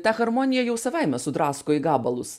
tą harmoniją jau savaime sudrasko į gabalus